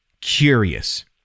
curious